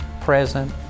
present